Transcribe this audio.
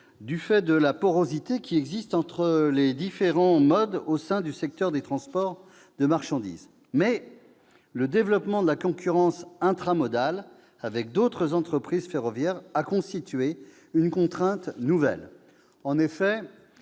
du fait de la porosité qui existe entre les différents modes du secteur des transports de marchandises. Mais le développement de la concurrence intramodale, avec d'autres entreprises ferroviaires, a constitué une contrainte nouvelle. En effet,